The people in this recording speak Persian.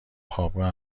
خوابگاه